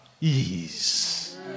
ease